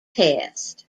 test